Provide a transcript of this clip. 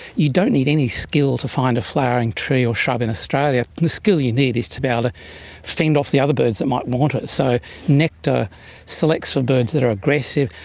you don't need any skill to find a flowering tree or shrub in australia. the skill you need is to be ah fend off the other birds that might want it. so nectar selects for birds that are aggressive.